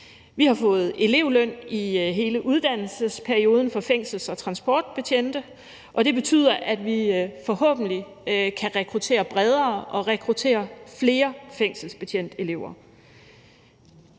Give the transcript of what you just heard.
Vi har fået elevløn i hele uddannelsesperioden for fængsels- og transportbetjente, og det betyder, at vi forhåbentlig kan rekruttere bredere og rekruttere flere fængselsbetjentelever.